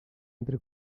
entre